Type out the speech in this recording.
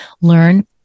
learn